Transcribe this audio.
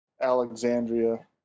Alexandria